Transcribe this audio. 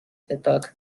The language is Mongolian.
байдаг